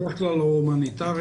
בדרך כלל הן סיבות הומניטריות.